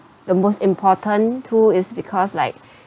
the most important tool is because like